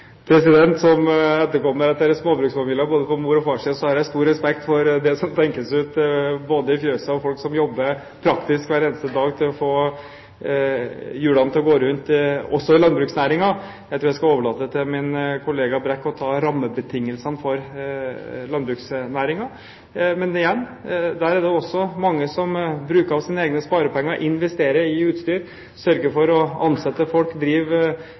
Som etterkommer etter småbruksfamilier på både mors- og farssiden har jeg stor respekt for det som tenkes ut i fjøset, og for folk som jobber praktisk hver eneste dag for å få hjulene til å gå rundt også i landbruksnæringen. Jeg tror jeg skal overlate til min kollega Brekk å ta rammebetingelsene for landbruksnæringen. Men igjen: Der er det også mange som bruker av sine egne sparepenger og investerer i utstyr, sørger for å ansette folk, driver